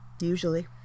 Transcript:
Usually